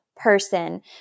Person